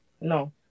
No